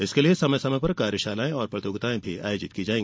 इसके लिये समय समय पर कार्यशालाएं और प्रतियोगिताएं आयोजित की जाये